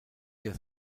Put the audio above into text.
der